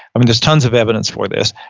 i mean, there's tons of evidence for this,